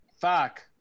Fuck